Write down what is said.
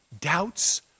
doubts